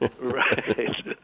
Right